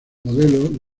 modelo